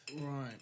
Right